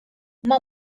uma